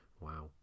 wow